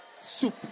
soup